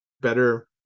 better